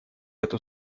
эту